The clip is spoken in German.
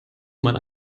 man